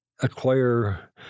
acquire